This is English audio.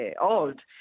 old